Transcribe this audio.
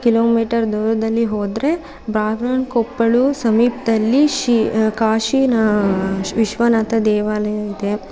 kilo metre ದೂರದಲ್ಲಿ ಹೋದರೆ ಬಾಗನ ಕೊಪ್ಪಳು ಸಮೀಪದಲ್ಲಿ ಶ್ರೀ ಕಾಶೀ ವಿಶ್ವನಾಥ ದೇವಾಲಯ ಇದೆ